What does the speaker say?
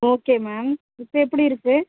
okay ma'am இப்போ எப்படி இருக்கு